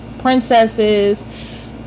princesses